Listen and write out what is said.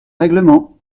règlement